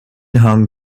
hung